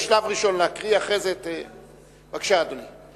בשלב ראשון להקריא ואחרי זה, בבקשה, אדוני.